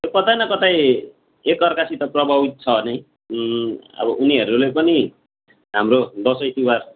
कतै न कतै एकाअर्कासित प्रभावित छ नै अब उनीहरूले पनि हाम्रो दसैँ तिहार